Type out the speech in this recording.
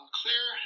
clear